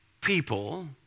people